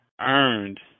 earned